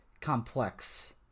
complex